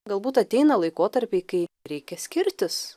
galbūt ateina laikotarpiai kai reikia skirtis